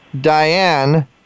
Diane